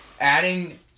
Adding